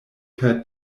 per